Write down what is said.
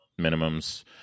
minimums